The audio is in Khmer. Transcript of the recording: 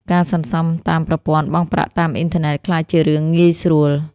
ការសន្សំតាមប្រព័ន្ធបង់ប្រាក់តាមអ៊ីនធឺណិតក្លាយជារឿងងាយស្រួល។